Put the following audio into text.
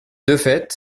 fait